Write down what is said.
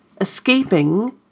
escaping